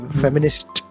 feminist